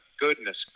goodness